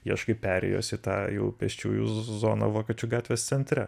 ieškai perėjos į tą jau pėsčiųjų zoną vokiečių gatvės centre